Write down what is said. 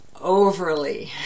overly